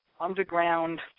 underground